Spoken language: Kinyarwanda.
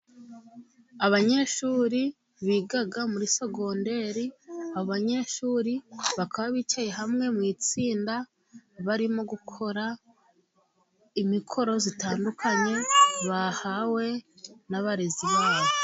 Abanyeshuri biga muri segonderi, abanyeshuri bakaba bicaye hamwe mu itsinda barimo gukora imikoro itandukanye bahawe n'abarezi babo.